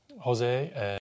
Jose